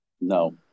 No